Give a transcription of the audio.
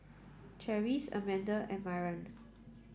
Charisse Amanda and Myron